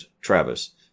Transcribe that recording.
Travis